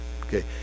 okay